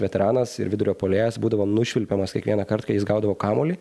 veteranas ir vidurio puolėjas būdavo nušvilpiamas kiekvienąkart kai jis gaudavo kamuolį